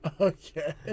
Okay